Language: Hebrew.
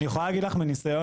אני יכולה לספר מניסיון,